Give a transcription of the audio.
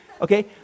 Okay